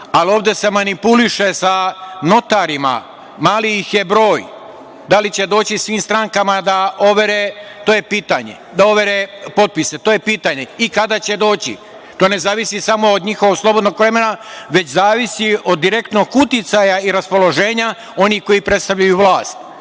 Ovde se manipuliše sa notarima, mali ih je broj. Da li će doći svim strankama da overe, to je pitanje, da overe potpise, to je pitanje i kada će doći? To ne zavisi samo od njihovog slobodnog vremena, već zavisi od direktnog uticaja i raspoloženja onih koji predstavljaju vlast